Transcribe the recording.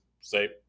say